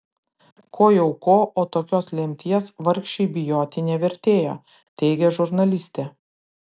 ko jau ko o tokios lemties vargšei bijoti nevertėjo teigia žurnalistė